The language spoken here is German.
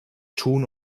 tun